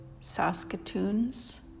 Saskatoons